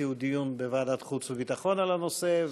הציעו דיון בוועדת החוץ והביטחון בנושא,